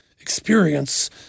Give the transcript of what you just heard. experience